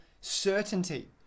certainty